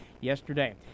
yesterday